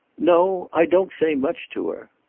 no i don't say much to her.